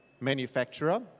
manufacturer